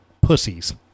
pussies